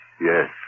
Yes